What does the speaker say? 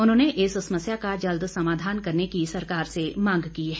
उन्होंने इस समस्या का जल्द समाधान करने की सरकार से मांग की है